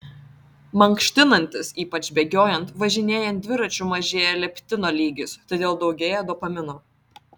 mankštinantis ypač bėgiojant važinėjant dviračiu mažėja leptino lygis todėl daugėja dopamino